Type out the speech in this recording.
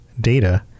data